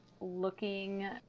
Looking